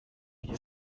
die